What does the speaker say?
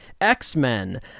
X-Men